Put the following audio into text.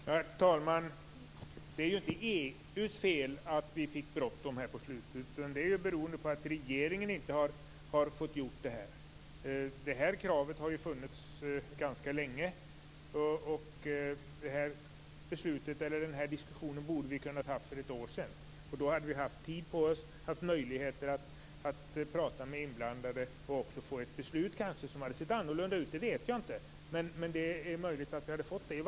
Herr talman! Det beror ju inte på EU att vi fick bråttom på slutet utan på att regeringen lade fram sitt förslag så sent. Det här kravet har ju funnits ganska länge. Den här diskussionen borde vi ha kunnat föra för ett år sedan. Då hade vi haft tid på oss och möjligheter att tala med inblandade. Då kanske vi också hade kunnat få till stånd ett beslut som hade sett annorlunda ut. Det vet jag inte, men det är möjligt att vi hade kunnat göra det.